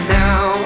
now